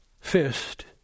fist